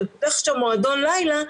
כשאתה פותח מועדון לילה,